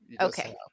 Okay